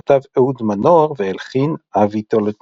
שכתב אהוד מנור והלחין אבי טולדנו.